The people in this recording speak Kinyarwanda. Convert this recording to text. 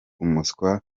umuswa